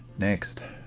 next